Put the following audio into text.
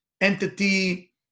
entity